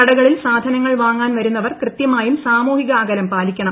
കടകളിൽ സാധനങ്ങൾ വാങ്ങാൻ വരുന്നവർ കൃത്യമായും സാമൂഹിക അകലം പാലിക്കണം